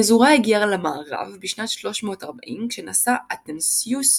הנזורה הגיעה למערב בשנת 340 כשנסע אתנסיוס,